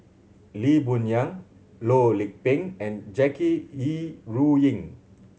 Lee Boon Yang Loh Lik Peng and Jackie Yi Ru Ying